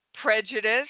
prejudice